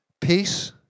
Peace